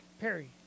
Perry